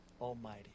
Almighty